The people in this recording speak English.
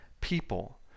people